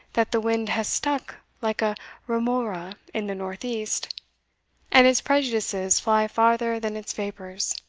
that the wind has stuck, like a remora, in the north-east and its prejudices fly farther than its vapours.